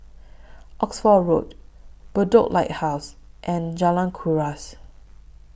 Oxford Road Bedok Lighthouse and Jalan Kuras